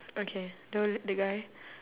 okay so the guy